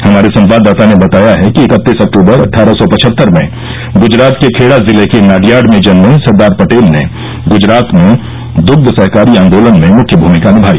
हमारे संवाददाता ने बताया है कि इकतीस अक्टूबर अट्ठारह सौ पचहत्तर में गुजरात के खेडा जिले के नाडियाड में जन्मे सरदार पटेल ने गुजरात में दृग्ध सहकारी आंदोलन में मुख्य भूमिका निमाई